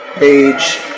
age